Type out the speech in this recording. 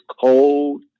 cold